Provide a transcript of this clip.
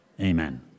Amen